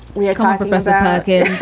we are called professor perkins.